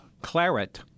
Claret –